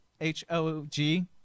H-O-G